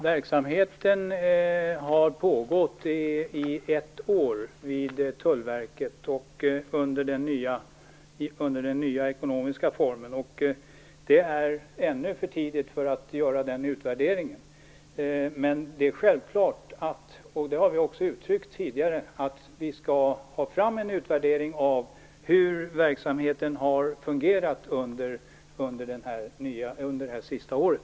Herr talman! Verksamheten har pågått i ett år vid Tullverket i den nya ekonomiska formen, och det är ännu för tidigt att göra denna utvärdering. Men det är självklart, och det har vi också uttryckt tidigare, att vi skall ha fram en utvärdering av hur verksamheten har fungerat under det sista året.